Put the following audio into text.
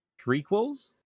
prequels